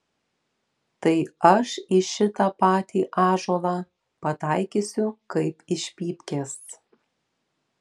tai aš į šitą patį ąžuolą pataikysiu kaip iš pypkės